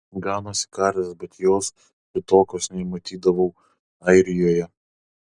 ganosi karvės bet jos kitokios nei matydavau airijoje